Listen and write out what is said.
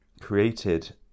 created